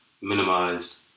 minimized